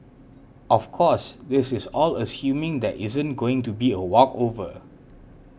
of course this is all assuming there isn't going to be a walkover